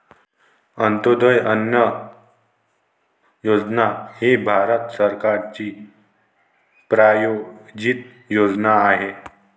अंत्योदय अन्न योजना ही भारत सरकारची प्रायोजित योजना आहे